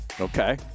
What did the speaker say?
Okay